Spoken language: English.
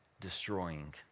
destroying